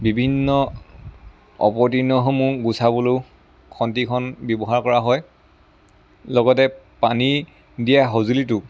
বিভিন্ন অপতৃণসমূহ গুচাবলৈও খন্তিখন ব্যৱহাৰ কৰা হয় লগতে পানী দিয়া সঁজুলিটো